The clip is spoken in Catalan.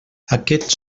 aquests